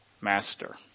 master